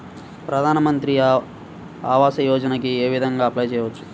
ప్రధాన మంత్రి ఆవాసయోజనకి ఏ విధంగా అప్లే చెయ్యవచ్చు?